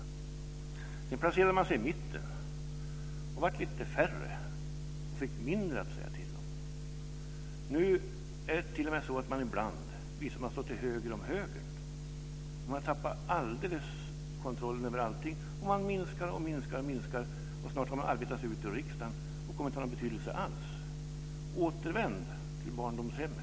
Sedan placerade sig partiet i mitten. Då blev man lite färre, och fick mindre att säga till om. Nu är det t.o.m. så att partiet ibland visar sig stå till höger om högern. Man har alldeles tappat kontrollen över allting, och minskar och minskar. Snart har partiet arbetat sig ut ur riksdagen, och kommer inte att ha någon betydelse alls. Återvänd till barndomshemmet!